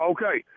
Okay